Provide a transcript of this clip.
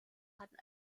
hatten